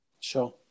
Sure